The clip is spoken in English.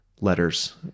letters